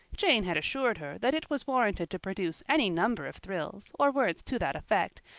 jane had assured her that it was warranted to produce any number of thrills, or words to that effect,